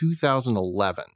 2011